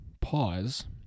pause